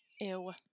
Ew